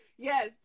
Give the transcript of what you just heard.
Yes